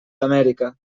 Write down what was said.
amèrica